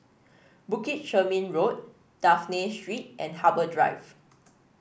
Bukit Chermin Road Dafne Street and Harbour Drive